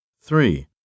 Three